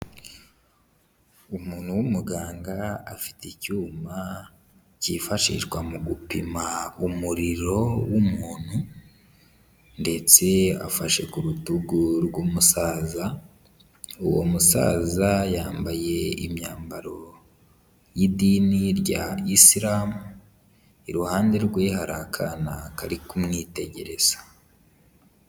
Umuntu w'umuganga, afite icyuma kifashishwa mu gupima umuriro w'umuntu ndetse afashe ku rutugu rw'umusaza, uwo musaza yambaye imyambaro y'idini rya Islam, iruhande rwe hari akana kari kumwitegereza.